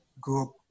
group